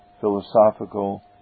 philosophical